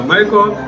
Michael